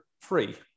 free